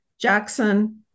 Jackson